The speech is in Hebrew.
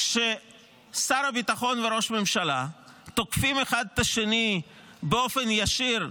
כששר הביטחון וראש הממשלה תוקפים אחד את השני באופן ישיר,